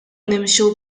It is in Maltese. nimxu